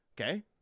Okay